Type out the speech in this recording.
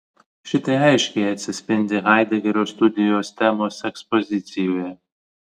šitai aiškiai atsispindi haidegerio studijos temos ekspozicijoje